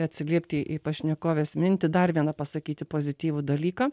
atsiliepti į pašnekovės mintį dar vieną pasakyti pozityvų dalyką